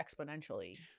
exponentially